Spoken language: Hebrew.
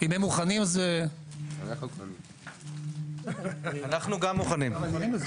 אם הם מוכנים אז אנחנו גם מוכנים.